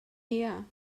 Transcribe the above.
here